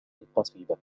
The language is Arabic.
القصيدة